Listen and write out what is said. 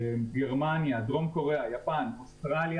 גרמניה, דרום קוריאה, יפן, אוסטרליה.